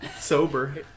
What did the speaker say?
Sober